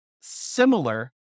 similar